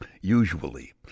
Usually